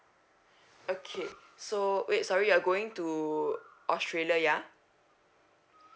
okay so wait sorry you're going to australia ya